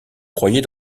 croyais